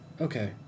Okay